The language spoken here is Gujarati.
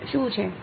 વિદ્યાર્થી 0